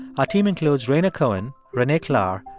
our team includes rhaina cohen, renee klahr,